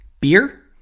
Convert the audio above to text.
Beer